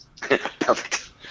Perfect